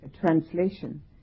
translation